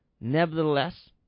nevertheless